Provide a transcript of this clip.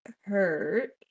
hurt